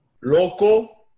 Loco